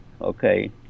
okay